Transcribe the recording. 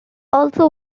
also